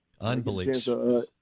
Unbelievable